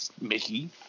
mickey